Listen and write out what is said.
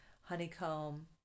honeycomb